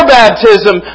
baptism